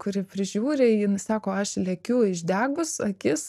kuri prižiūri jinai sako aš lekiu išdegus akis